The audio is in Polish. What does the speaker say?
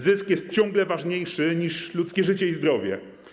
Zysk jest ciągle ważniejszy niż ludzkie życie i zdrowie.